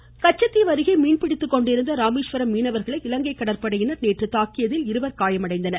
மீனவர்கள் கச்சத்தீவு அருகே மீன்பிடித்துக்கொண்டிருந்த ராமேஸ்வரம் மீனவர்களை இலங்கை கடற்படையினர் தாக்கியதில் இருவர் காயமடைந்தனர்